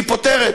שהיא פותרת,